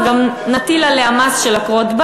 אז גם נטיל עליה מס של עקרות-בית,